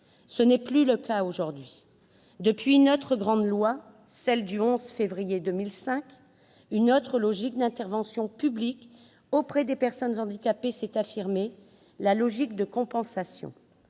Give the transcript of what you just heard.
Ce n'est plus le cas aujourd'hui. Depuis une autre grande loi, celle du 11 février 2005, une autre logique d'intervention publique auprès des personnes handicapées s'est affirmée : la logique de compensation.